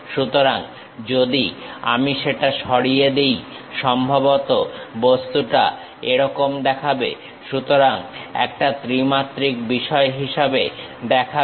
সুতরাং যদি আমি সেটা সরিয়ে দিই সম্ভবত বস্তুটা এরকম দেখাবে সুতরাং একটা ত্রিমাত্রিক বিষয় হিসাবে দেখাবে